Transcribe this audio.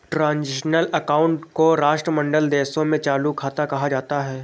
transitional account को राष्ट्रमंडल देशों में चालू खाता कहा जाता है